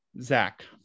Zach